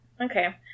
Okay